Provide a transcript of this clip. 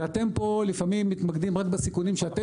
ואתם פה לפעמים מתמקדים רק בסיכונים שאתם